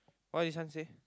what this one say